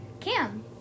Cam